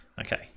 Okay